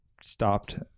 stopped